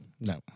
No